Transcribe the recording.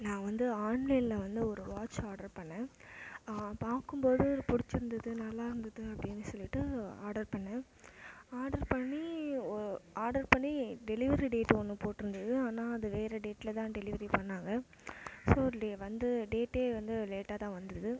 நான் வந்து ஆன்லைனில் வந்து ஒரு வாட்ச் ஆட்ரு பண்ணிணேன் பார்க்கும் போது பிடிச்சி இருந்தது நல்லா இருந்தது அப்படின்னு சொல்லிவிட்டு ஆடர் பண்ணிணேன் ஆடர் பண்ணி ஆடர் பண்ணி டெலிவரி டேட் ஒன்று போட்டு இருந்தது ஆனால் அது வேறு டேட்டில் தான் டெலிவரி பண்ணிணாங்க ஸோ அதோடய வந்து டேட்டே வந்து லேட்டாக தான் வந்தது